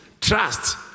trust